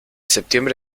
septiembre